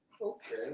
Okay